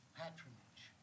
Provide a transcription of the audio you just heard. patronage